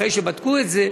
אחרי שבדקו את זה,